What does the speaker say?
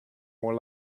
more